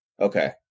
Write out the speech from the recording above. Okay